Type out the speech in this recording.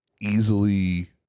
easily